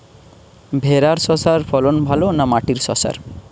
ভেরার শশার ফলন ভালো না মাটির শশার?